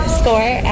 score